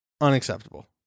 Unacceptable